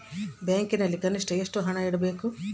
ಬ್ಯಾಂಕಿನಲ್ಲಿ ಕನಿಷ್ಟ ಎಷ್ಟು ಹಣ ಇಡಬೇಕು?